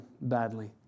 badly